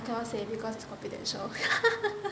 cannot say because it's confidential